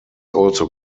also